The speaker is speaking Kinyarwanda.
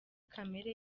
kamere